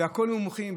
בכול הם מומחים,